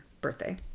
birthday